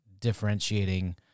differentiating